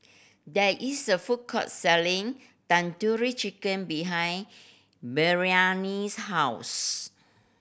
there is a food court selling Tandoori Chicken behind Maryellen's house